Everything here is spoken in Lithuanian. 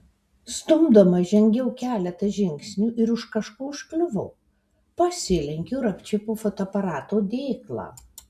stumdoma žengiau keletą žingsnių ir už kažko užkliuvau pasilenkiau ir apčiuopiau fotoaparato dėklą